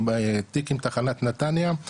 התיק עם תחנת נתניה,